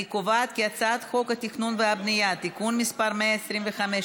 אני קובעת כי הצעת חוק התכנון והבנייה (תיקון מס' 125),